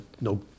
no